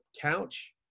couch